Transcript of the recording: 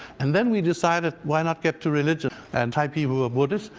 and then we decided why not get to religious? and thai people were buddhist.